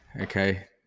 okay